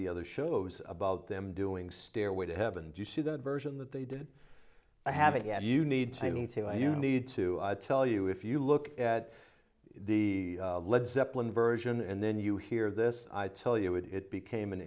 the other shows about them doing stairway to heaven do you see that version that they did i have it yeah you need training too and you need to tell you if you look at the led zeppelin version and then you hear this i tell you it it became an